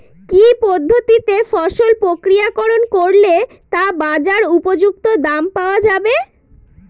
কি পদ্ধতিতে ফসল প্রক্রিয়াকরণ করলে তা বাজার উপযুক্ত দাম পাওয়া যাবে?